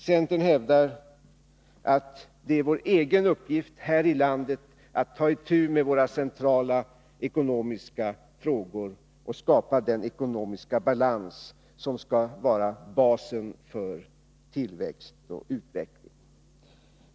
Centern hävdar att det är vår egen uppgift här i landet att ta itu med våra centrala ekonomiska frågor och skapa den ekonomiska balans som skall vara basen för tillväxt och utveckling.